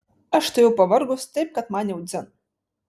aš tai jau pavargus taip kad man jau dzin